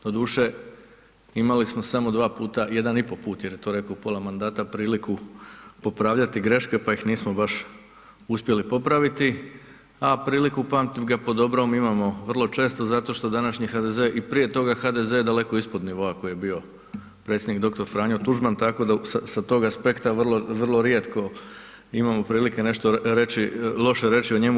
Doduše, imali smo samo dva puta, 1,5 puta jer je to rekao u pola mandata, priliku popravljati greške pa ih nismo baš uspjeli popraviti, a priliku pamtim ga po dobrom, imamo vrlo često zato što današnji HDZ i prije toga HDZ daleko je ispod nivoa koji je bio predsjednik dr. Franjo Tuđman, tako da s tog aspekta vrlo rijetko imamo prilike nešto reći, loše reći o njemu.